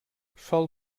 sol